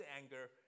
anger